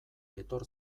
etor